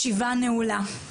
הישיבה נעולה.